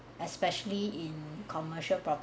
especially in commercial prop~